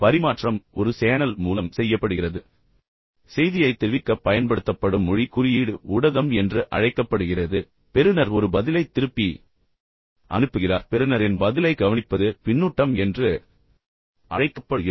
பரிமாற்றம் ஒரு சேனல் மூலம் செய்யப்படுகிறது செய்தியை தெரிவிக்கப் பயன்படுத்தப்படும் மொழி அல்லது குறியீடு ஊடகம் என்று அழைக்கப்படுகிறது பெறுநர் ஒரு பதிலை திருப்பி அனுப்புகிறார் பெறுநரின் பதிலைக் கவனிப்பது பின்னூட்டம் என்று அழைக்கப்படுகிறது